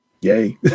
Yay